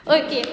okay